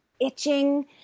itching